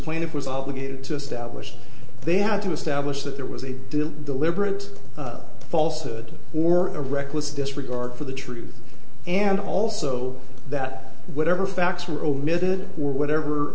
plaintiff was all gave to establish they have to establish that there was a deliberate falsehood or a reckless disregard for the truth and also that whatever facts were omitted or whatever